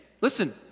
Listen